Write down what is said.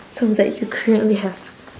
songs that you currently have